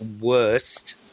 worst